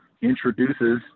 introduces